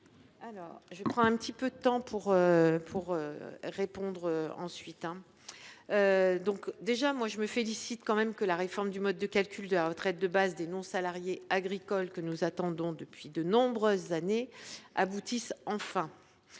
explications que j’estime nécessaires. Je me félicite que la réforme du mode de calcul de la retraite de base des non salariés agricoles, que nous attendons depuis de nombreuses années, aboutisse enfin.